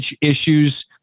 issues